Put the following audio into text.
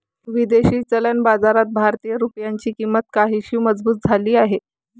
विदेशी चलन बाजारात भारतीय रुपयाची किंमत काहीशी मजबूत झाली आहे